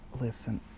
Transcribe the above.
listen